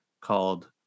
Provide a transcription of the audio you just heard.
called